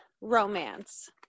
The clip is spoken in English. romance